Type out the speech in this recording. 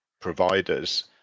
providers